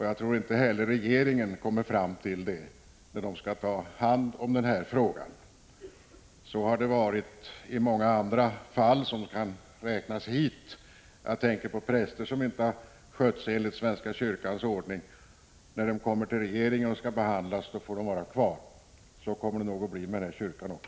Jag tror inte heller att regeringen kommer fram till det när den skall behandla frågan. Så har det varit i många liknande fall. Jag tänker på präster som inte skött sig enligt svenska kyrkans ordning. Men när ärendet kommer upp till regeringen till behandling, visar det sig att de får vara kvar. Så kommer det nog att bli med Livets ord också.